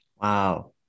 Wow